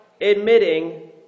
admitting